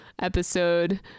episode